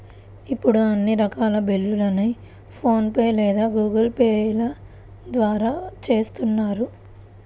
ఇప్పుడు అన్ని రకాల బిల్లుల్ని ఫోన్ పే లేదా గూగుల్ పే ల ద్వారానే చేత్తన్నారు